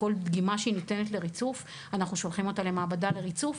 כל דגימה שניתנת לריצוף אנחנו שולחים אותה למעבדה לריצוף,